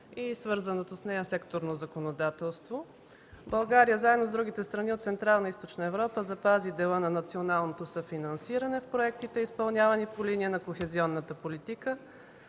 и свързаното с нея секторно законодателство. България, заедно с другите страни от Централна и Източна Европа, запази дела на националното съфинансиране в проектите, изпълнявани по линия на кохезионната политика.